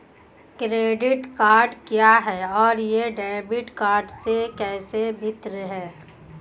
Credit card क्या है और यह डेबिट कार्ड से कैसे भिन्न है?